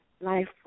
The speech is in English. life